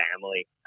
family